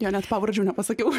jo net pavardžių nepasakiau